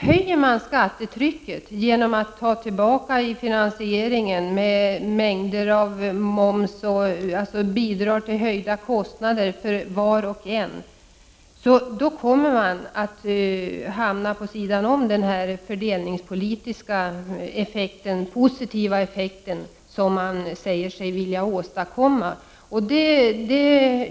Höjer man skattetrycket genom att finansiera reformen med vidgad moms och annat som bidrar till att höja kostnaderna för var och en, kommer man att hamna på sidan om den positiva fördelningspolitiska effekt som man säger sig vilja åstadkomma.